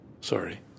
Sorry